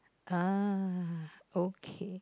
ah okay